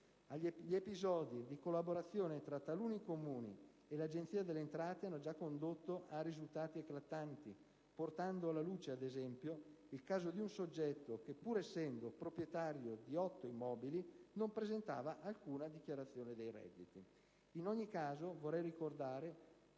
Gli episodi di collaborazione tra taluni Comuni e l'Agenzia delle entrate hanno già condotto a risultati eclatanti, portando alla luce, ad esempio, il caso di un soggetto che pur essendo proprietario di 8 immobili non presentava alcuna dichiarazione dei redditi. In ogni caso, vorrei ricordare,